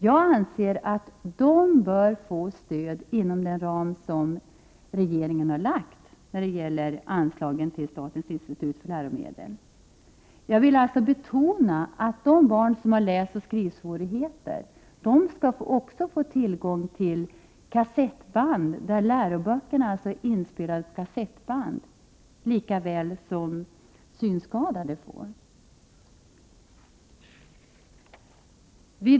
Jag anser att de bör få stöd inom den ram som regeringen har lagt fast för statens institut för läromedel. Jag vill alltså betona att också de barn som har läsoch skrivsvårigheter skall få tillgång till läroböcker inspelade på kassettband, likaväl som synskadade får det.